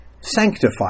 sanctify